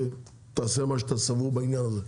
תעשה מה שאתה סבור בעניין הזה,